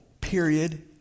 period